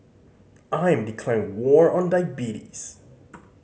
I am declaring war on diabetes